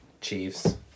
Chiefs